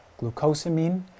glucosamine